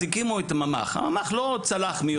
אז הקימו את הממ"ח, הממ"ח לא צלח מי יודע מה.